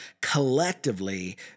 collectively